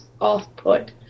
off-put